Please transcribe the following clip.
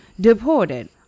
deported